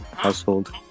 household